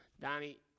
Donnie